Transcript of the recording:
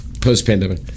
Post-pandemic